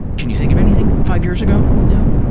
can you think of anything five years ago? no.